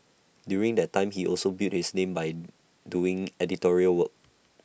during that time he also built his name by doing editorial work